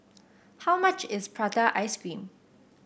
how much is Prata Ice Cream